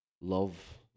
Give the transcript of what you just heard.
love